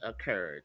occurred